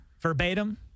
verbatim